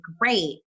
great